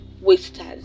wasters